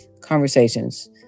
Conversations